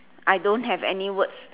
I don't have any words